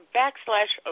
backslash